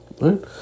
right